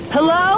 Hello